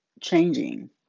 changing